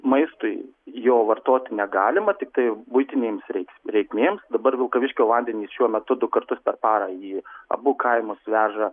maistui jo vartoti negalima tiktai buitinėms reikmėms dabar vilkaviškio vandenys šiuo metu du kartus per parą jį abu kaimus veža